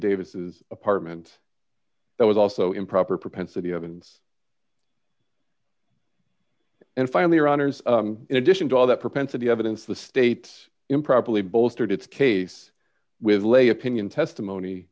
davis apartment that was also improper propensity evans and finally runners in addition to all that propensity evidence the state's improperly bolstered its case with lay opinion testimony